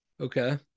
Okay